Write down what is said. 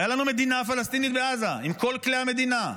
הייתה לנו מדינה פלסטינית בעזה עם כל כלי המדינה,